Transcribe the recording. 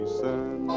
sun